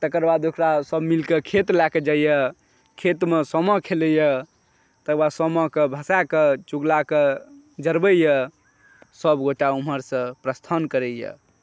तकर बाद ओकरा सभ मिलिक खेत लए कऽ जाइया खेतमे सामा खेलै यऽ तेकर बाद सामाके भसा कए चुगलाके ज़रबै यऽ सभ गोटा ओमहरसं प्रस्थान करैया